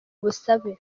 ubusabe